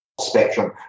spectrum